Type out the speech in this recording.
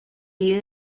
you